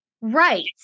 right